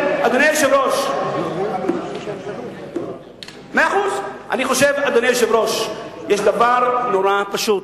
אדוני היושב-ראש, אני חושב שיש דבר נורא פשוט,